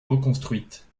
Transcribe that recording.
reconstruite